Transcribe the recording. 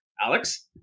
Alex